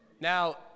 Now